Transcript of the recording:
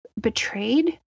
betrayed